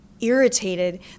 irritated